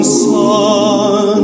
sun